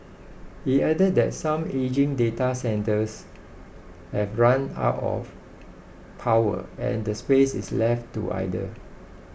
he added that some ageing data centres have ran out of power and the space is left to idle